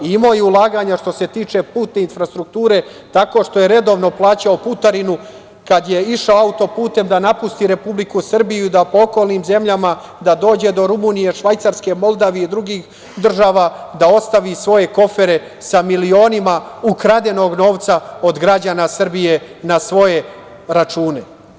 Imao je i ulaganja što se tiče putne infrastrukture tako što je redovno plaćao putarinu kada je išao auto-putem da napusti Republiku Srbiju, po okolnim zemljama dođe do Rumunije, Švajcarske, Moldavije i drugih država da ostavi svoje kofere sa milionima ukradenog novca od građana Srbije na svoje račune.